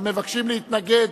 ובכן, 40 בעד, אין מתנגדים,